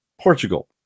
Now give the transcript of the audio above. portugal